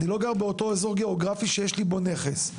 אני לא גר באותו אזור גאוגרפי שיש לי בו נכס,